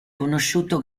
conosciuto